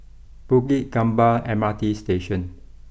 Bukit Gombak M R T Station